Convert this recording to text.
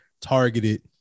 targeted